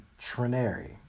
Trinary